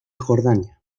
jordania